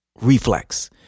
reflex